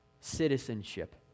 Citizenship